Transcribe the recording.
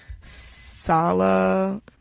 Sala